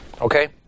Okay